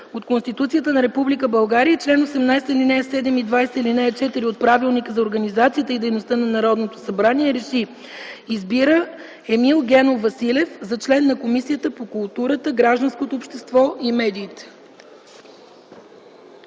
от Конституцията на Република България и чл. 18, ал. 7 и чл. 20, ал. 4 от Правилника за организацията и дейността на Народното събрание, РЕШИ: Избира Емил Генов Василев за член на Комисията по културата, гражданското общество и медиите.”